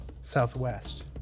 Southwest